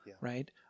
right